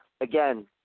again